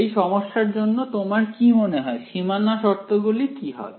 এই সমস্যার জন্য তোমার কি মনে হয় সীমানা শর্তগুলি কি হবে